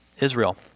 Israel